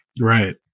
right